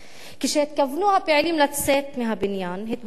כשהתכוונו הפעילים לצאת מהבניין התברר להם